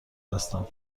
هستم